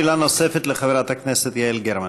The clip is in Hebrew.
שאלה נוספת לחברת הכנסת יעל גרמן.